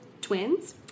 twins